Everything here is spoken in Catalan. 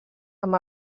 amb